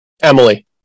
Emily